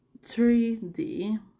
3D